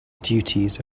duties